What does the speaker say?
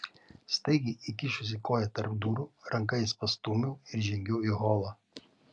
staigiai įkišusi koją tarp durų ranka jas pastūmiau ir žengiau į holą